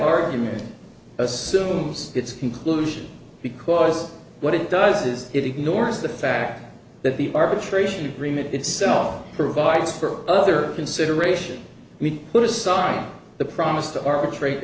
argument assumes its conclusion because what it does is it ignores the fact that the arbitration agreement itself provides for other consideration we put aside the promise to arbitrat